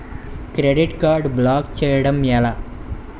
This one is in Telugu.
క్రెడిట్ కార్డ్ బ్లాక్ చేయడం ఎలా?